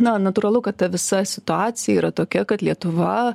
na natūralu kad ta visa situacija yra tokia kad lietuva